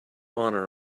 honour